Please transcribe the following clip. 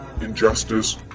injustice